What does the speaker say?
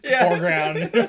foreground